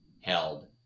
held